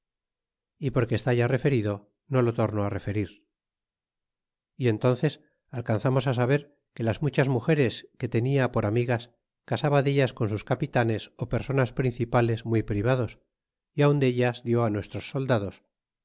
y porque está ya referido no lo torno referir y entónces alcanzamos á saber que las muchas mugeres que tenia por amigas casaba dellas con sus capitanes ó personas principales muy privados y aun deltas dió nuestros soldados